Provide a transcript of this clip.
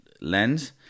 lens